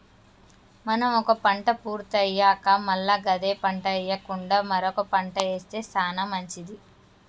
మనం ఒక పంట పూర్తి అయ్యాక మల్ల గదే పంట ఎయ్యకుండా మరొక పంట ఏస్తె సానా మంచిది